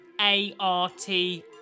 A-R-T